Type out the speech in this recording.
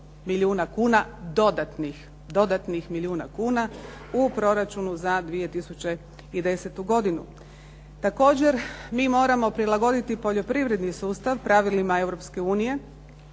milijuna kuna dodatnih milijuna kuna u proračunu za 2010. godinu. Također, mi moramo prilagoditi poljoprivredni sustav pravilima